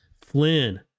Flynn